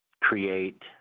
create